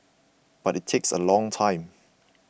but it takes a long time